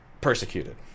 persecuted